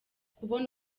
kubona